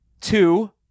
two